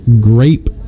grape